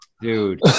Dude